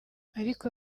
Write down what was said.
ariko